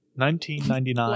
1999